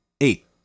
Eight